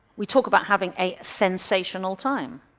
we talk about having a sensational time.